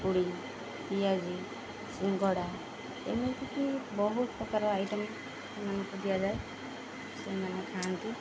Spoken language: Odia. ପୁରୀ ପିଆଜି ସିଙ୍ଗଡ଼ା ଏମିତିକି ବହୁତ ପ୍ରକାର ଆଇଟମ୍ ସେମାନଙ୍କୁ ଦିଆଯାଏ ସେମାନେ ଖାଆନ୍ତି